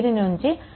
దీని నుంచి i1 i2 6